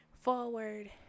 forward